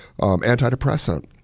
antidepressant